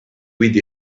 with